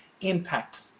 impact